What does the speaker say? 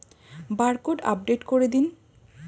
Barcode update করে দিন?